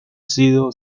sido